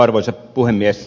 arvoisa puhemies